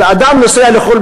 אדם הנוסע לחו"ל,